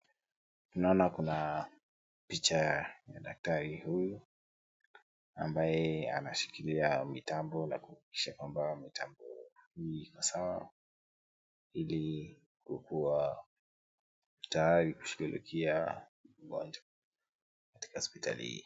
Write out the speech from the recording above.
Naona kuna picha ya daktari huyu, ambaye anashikilia mitambo ya kuhakikisha kwamba mitambo hii iko sawa, ili kukua tayari kushughulikia watu katika hospitali hii.